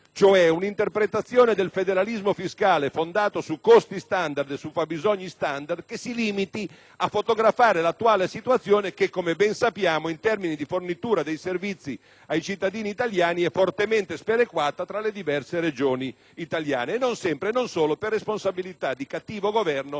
cioè un'interpretazione del federalismo fiscale fondato su costi e fabbisogni standard che si limiti a fotografare l'attuale situazione che, come ben sappiamo, in termini di fornitura dei servizi ai cittadini italiani è fortemente sperequata tra le diverse Regioni italiane, e non sempre e non solo per responsabilità di cattivo governo da